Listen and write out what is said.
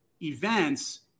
events